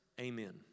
amen